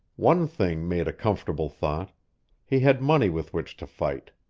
one thing made a comfortable thought he had money with which to fight.